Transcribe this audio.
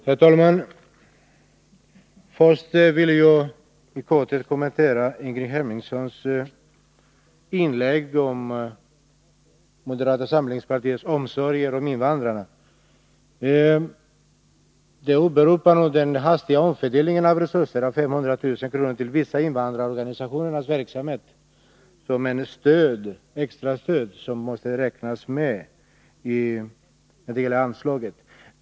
Herr talman! Först vill jag i korthet kommentera Ingrid Hemmingssons inlägg om moderata samlingspartiets omsorger om invandrarna. Hon åberopar den hastiga omfördelningen av resurser om 500 000 kr. till vissa invandrarorganisationers verksamhet som ett extra stöd, som måste räknas med i anslaget.